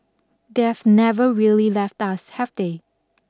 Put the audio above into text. they have never really left us have they